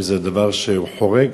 אם זה דבר שהוא חורג,